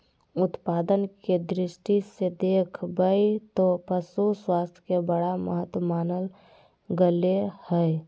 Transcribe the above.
उत्पादन के दृष्टि से देख बैय त पशु स्वास्थ्य के बड़ा महत्व मानल गले हइ